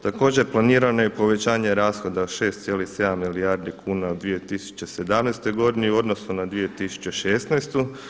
Također planirano je i povećanje rashoda od 6,7 milijardi kuna u 2017. godini u odnosu na 2016.